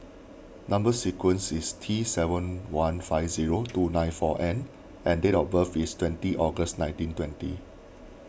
Number Sequence is T seven one five zero two nine four N and date of birth is twenty August nineteen twenty